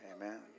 Amen